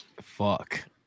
Fuck